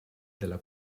della